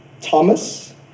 Thomas